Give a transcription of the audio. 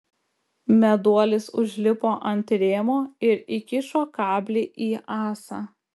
meduolis užlipo ant rėmo ir įkišo kablį į ąsą